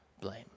blame